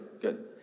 good